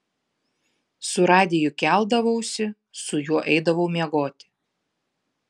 su radiju keldavausi su juo eidavau miegoti